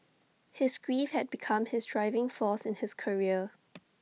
his grief had become his driving force in his career